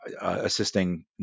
assisting